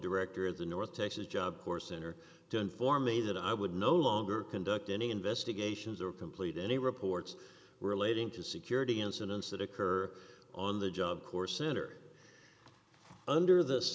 director of the north texas job corps center to inform me that i would no longer conduct any investigations are complete any reports relating to security incidents that occur on the job corps center under this